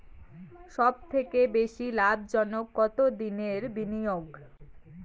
সবথেকে বেশি লাভজনক কতদিনের বিনিয়োগ?